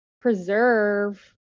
preserve